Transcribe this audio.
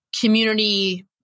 community